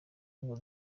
ngo